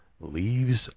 leaves